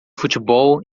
futebol